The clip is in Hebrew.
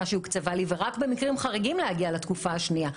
שהוקצבה לי ורק במקרים חריגים להגיע לתקופה השנייה,